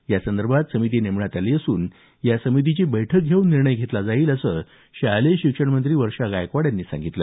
यासंदर्भात समिती नेमण्यात आली असून या समितीची बैठक घेऊन निर्णय घेतला जाईल असं शालेय शिक्षण मंत्री वर्षा गायकवाड यांनी सांगितलं